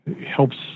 helps